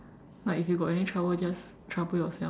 like if you got any trouble just trouble yourself